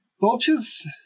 vultures